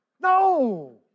No